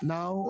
Now